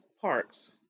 Parks